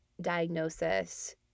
diagnosis